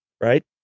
right